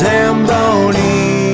Zamboni